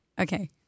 Okay